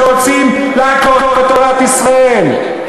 שרוצים לעקור את תורת ישראל.